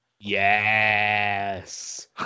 Yes